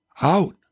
out